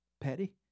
Patty